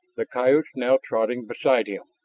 the coyotes now trotting beside him.